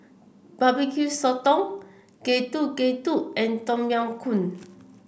Barbecue Sotong Getuk Getuk and Tom Yam Soup